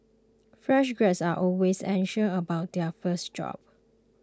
fresh graduates are always anxious about their first job